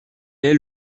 est